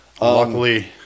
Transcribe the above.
Luckily